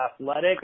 athletic